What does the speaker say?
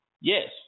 Yes